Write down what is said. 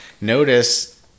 notice